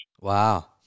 Wow